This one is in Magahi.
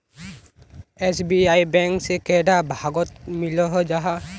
एस.बी.आई बैंक से कैडा भागोत मिलोहो जाहा?